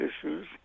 issues